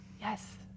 yes